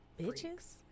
bitches